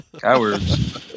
Cowards